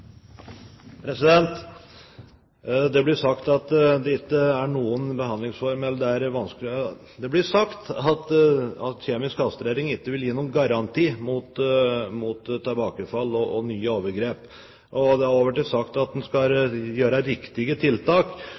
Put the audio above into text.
Det blir sagt at kjemisk kastrering ikke vil gi noen garanti mot tilbakefall og nye overgrep. Det er også sagt at en skal gjøre riktige tiltak for å hindre overgrep. Statsråden var inne på et av de riktige tiltakene, nemlig forvaring – at